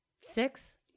six